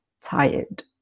tired